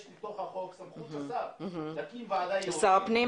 יש בתוך החוק סמכות לשר להקים ועדה עירונית